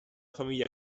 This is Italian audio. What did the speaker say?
famiglia